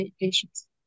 patients